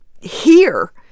here